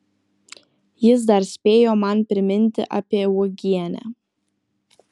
jis dar spėjo man priminti apie uogienę